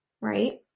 Right